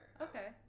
Okay